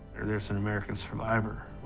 there's an american survivor.